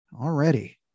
already